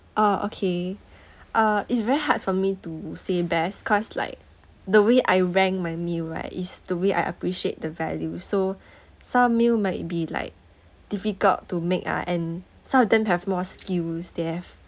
uh okay uh it's very hard for me to say best cause like the way I rank my meal right is the way I appreciate the value so some meal might be like difficult to make ah and some of them have more skills they have